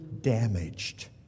damaged